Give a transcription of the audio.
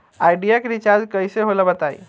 Idea के recharge कइसे होला बताई?